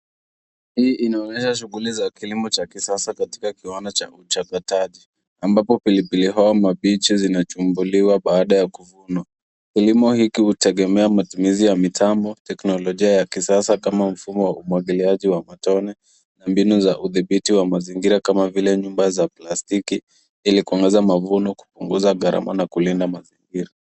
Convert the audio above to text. Hii inaonyesa shughuli za kilimo cha kisasa katika kiwanda cha uchapakazi ambapo pilipilihoho mabichi zinachumbuliwa baada ya kuvunwa. Kilimo hiki hutegemea matumizi ya mitambo, teknolojia ya kisasa kama mfumo wa umwagiliaji wa matone na mbinu za udhibiti wa mazingira kama vile nyumba za plastiki ili kuongeza mavuno kupunguza gaharama na kulinda mazingira.